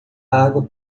água